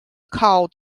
called